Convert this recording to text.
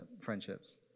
friendships